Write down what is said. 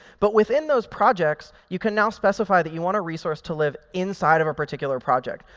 but within those projects, you can now specify that you want to resource to live inside of a particular project.